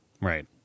Right